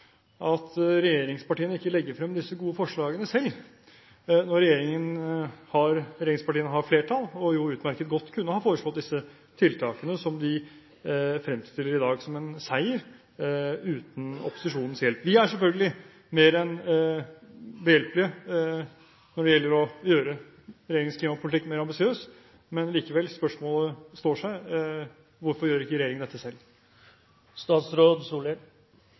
at regjeringspartiene ikke legger frem disse gode forslagene selv, når regjeringspartiene har flertall og utmerket godt kunne ha foreslått disse tiltakene som de i dag fremstiller som en seier, uten opposisjonens hjelp. Vi er selvfølgelig mer enn behjelpelige når det gjelder å gjøre regjeringens klimapolitikk mer ambisiøs, men likevel, spørsmålet står seg: Hvorfor gjør ikke regjeringen dette selv?